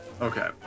Okay